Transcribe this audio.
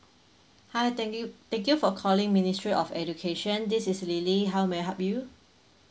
hi thank you thank you for calling ministry of education this is lily how may I help you